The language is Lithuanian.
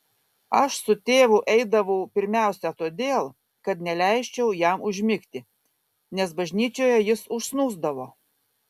aš su tėvu eidavau pirmiausia todėl kad neleisčiau jam užmigti nes bažnyčioje jis užsnūsdavo